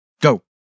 go